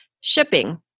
shipping